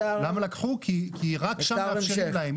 למה לקחו, כי רק שם נתנו להם.